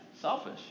Selfish